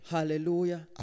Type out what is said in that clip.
Hallelujah